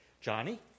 Johnny